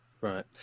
right